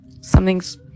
Something's